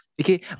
Okay